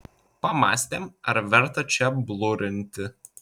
pamąstėm ar verta čia blurinti